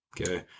Okay